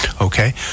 okay